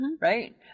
Right